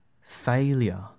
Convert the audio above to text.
failure